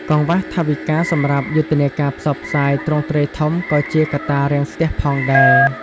កង្វះថវិកាសម្រាប់យុទ្ធនាការផ្សព្វផ្សាយទ្រង់ទ្រាយធំក៏ជាកត្តារាំងស្ទះផងដែរ។